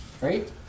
Right